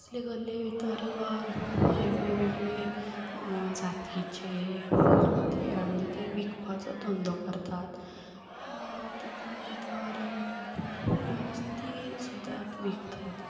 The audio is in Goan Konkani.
कसले कसले तरेकवार वेगळे वेगळे जातीचे कुत्रे हाडून ते विकपाचो धंदो करतात तातूंत भितर नुस्तीं सुद्दां विकतात